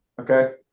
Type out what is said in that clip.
Okay